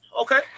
Okay